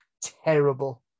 terrible